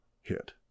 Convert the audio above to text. hit